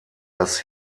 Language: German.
das